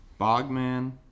Bogman